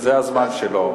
וזה הזמן שלו.